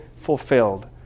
fulfilled